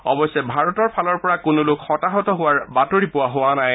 অৱশ্যে ভাৰতৰ ফালৰ কোনো লোক হতাহত হোৱাৰ বাতৰি পোৱা হোৱা নাই